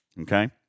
okay